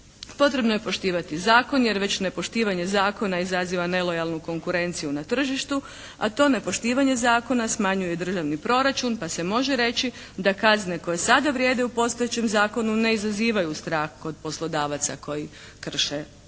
Potrebno je poštivati zakon jer već nepoštivanje zakona izaziva nelojalnu konkurenciju na tržištu a to nepoštivanje zakona smanjuje državni proračun pa se može reći da kazne koje sada vrijede u postojećem zakonu ne izazivaju strah kod poslodavaca koji krše radnička